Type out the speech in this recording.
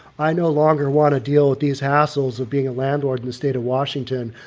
i no longer want to deal with these hassles of being a landlord in the state of washington.